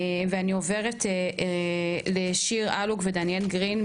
אני עוברת לשיר אלוק ודניאל גרין,